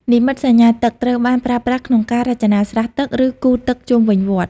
និមិត្តសញ្ញាទឹក ត្រូវបានប្រើប្រាស់ក្នុងការរចនាស្រះទឹកឬគូទឹកជុំវិញវត្ត។